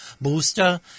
booster